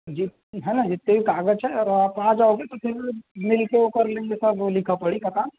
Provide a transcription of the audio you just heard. जी है ना जीतने भी कागज़ है और आप आ जाओगे तो फिर मिल के वो कर लेंगे वो सब लिखा पढ़ी का काम